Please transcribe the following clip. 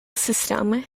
system